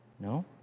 No